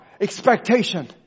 expectation